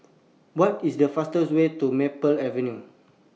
What IS The fastest Way to Maple Avenue